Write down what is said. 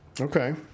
Okay